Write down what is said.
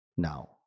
now